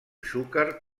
xúquer